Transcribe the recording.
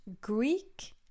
Greek